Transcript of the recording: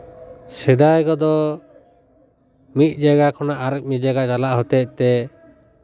ᱥᱮᱫᱟᱭ ᱨᱮᱫᱚ ᱢᱤᱫ ᱡᱟᱭᱜᱟ ᱠᱷᱚᱱᱟᱜ ᱟᱨ ᱢᱤᱫ ᱡᱟᱭᱜᱟ ᱪᱟᱞᱟᱜ ᱦᱚᱛᱮᱫ ᱛᱮ